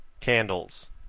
candles